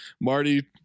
Marty